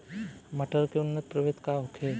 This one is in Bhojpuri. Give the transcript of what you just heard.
मटर के उन्नत प्रभेद का होखे?